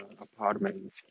apartment